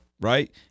right